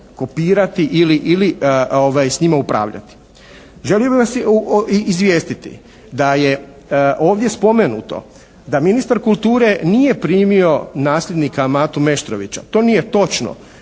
kopirati ili s njima upravljati. Želim vas izvijestiti da je ovdje spomenuto da ministar kulture nije primio nasljednika Matu Meštrovića. To nije točno